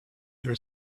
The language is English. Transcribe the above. there